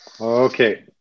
Okay